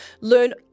learn